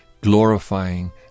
glorifying